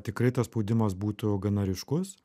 tikrai tas spaudimas būtų gana ryškus